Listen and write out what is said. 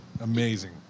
amazing